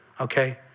okay